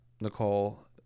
Nicole